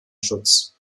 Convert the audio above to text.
schutz